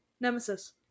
Nemesis